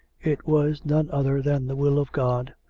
it was none other than the will of god,